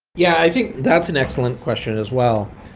yeah. i think that's an excellent question as well.